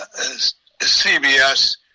CBS